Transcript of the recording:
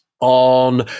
on